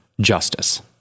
justice